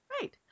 Right